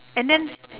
and then